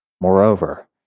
Moreover